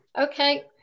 Okay